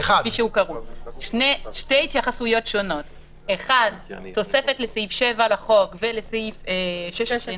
שתי התייחסויות שונות: תוספת לסעיף 7 לחוק ולסעיף 16,